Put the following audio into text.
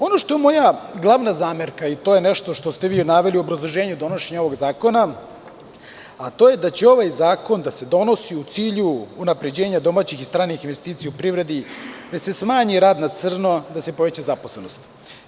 Ono što je moja glavna zamerka i to je nešto što ste vi naveli u obrazloženju donošenja ovog zakona, a to je da će ovaj zakon da se donosi u cilju unapređenja domaćih i stranih investicija u privredi, da se smanji rad na crno, da se poveća zaposlenost.